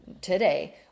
today